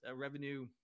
revenue